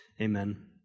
amen